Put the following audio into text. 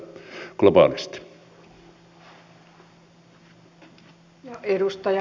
arvoisa puhemies